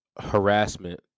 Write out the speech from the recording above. harassment